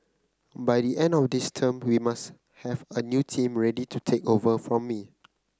by the end of this term we must have a new team ready to take over from me